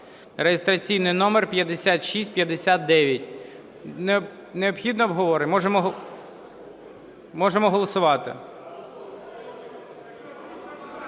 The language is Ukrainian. (реєстраційний номер 5659). Необхідно обговорити? Можемо голосувати?